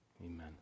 amen